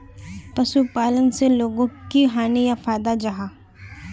पशुपालन से लोगोक की हानि या फायदा जाहा?